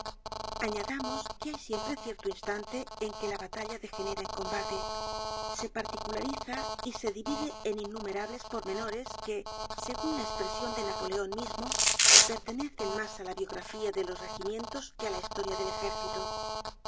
añadamos que hay siempre cierto instante en que la batalla degenera en combate se particulariza y se divide en innumerables pormenores que segun la espresion de napoleon mismo pertenecen mas á la biografía de los regimientos que á la historia del ejército